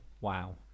Wow